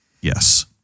yes